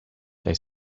they